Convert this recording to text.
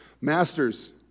masters